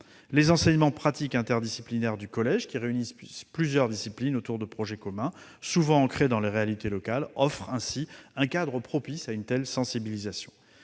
Les enseignements pratiques interdisciplinaires du collège, qui réunissent plusieurs disciplines autour de projets communs, souvent ancrés dans les réalités locales, offrent un cadre propice à une telle sensibilisation.